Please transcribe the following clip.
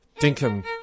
Dinkum